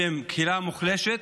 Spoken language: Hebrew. שהם קהילה מוחלשת,